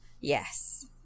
Yes